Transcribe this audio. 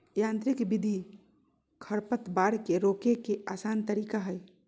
यांत्रिक विधि खरपतवार के रोके के आसन तरीका हइ